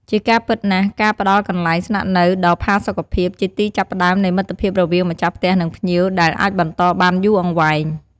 ជាការពិតណាស់ ការផ្តល់កន្លែងស្នាក់នៅដ៏ផាសុកភាព ជាទីចាប់ផ្តើមនៃមិត្តភាពរវាងម្ចាស់ផ្ទះ និងភ្ញៀវ ដែលអាចបន្តបានយូរអង្វែង។